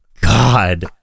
God